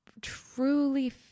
truly